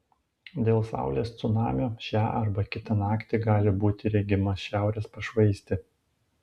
dėl saulės cunamio šią arba kitą naktį gali būti regima šiaurės pašvaistė